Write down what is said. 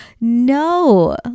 no